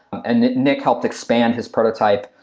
and nick helped expand his prototype,